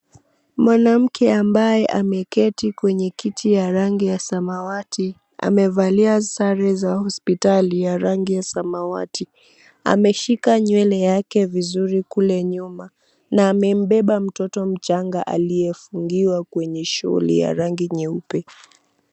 Mwanamke ambaye ameketi kwenye kiti ya rangi ya samawati, amevalia sare za hospitali ya rangi ya samawati. Ameshika nywele yake vizuri kule nyuma na amembeba mtoto mchanga aliyefungiwa kwenye shoal ya rangi nyeupe.